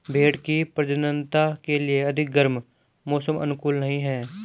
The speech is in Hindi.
भेंड़ की प्रजननता के लिए अधिक गर्म मौसम अनुकूल नहीं है